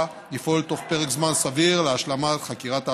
לפעול בתוך פרק זמן סביר להשלמת חקירת העבירה,